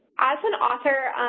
as an author,